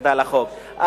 התנגדה לחוק.